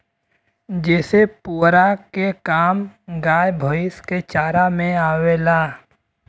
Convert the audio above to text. जेसे पुआरा के काम गाय भैईस के चारा में आवेला